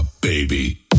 baby